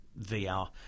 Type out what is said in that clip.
VR